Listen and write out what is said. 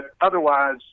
otherwise